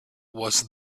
was